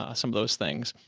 ah some of those things.